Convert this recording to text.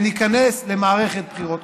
שניכנס למערכת בחירות.